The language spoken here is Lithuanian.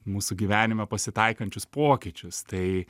mūsų gyvenime pasitaikančius pokyčius tai